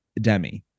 Demi